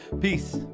Peace